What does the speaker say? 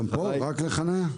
גם פה רק לחניה.